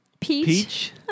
Peach